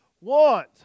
want